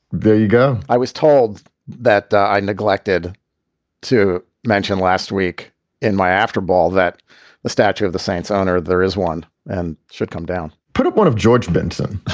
there you go. i was told that i neglected to mention last week in my after ball that the statue of the saints honor there is one and should come down put up one of george benson